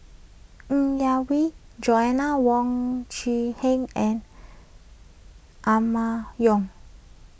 Ng Yak Whee Joanna Wong Quee Heng and Emma Yong